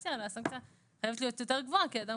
הסנקציה אלא הסנקציה חייבת להיות יותר גבוהה כי אדם